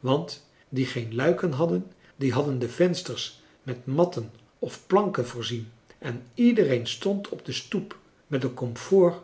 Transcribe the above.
want die geen luiken hadden die hadden de vensters met matten of planken voorzien en iedereen stond op de stoep met een komfoor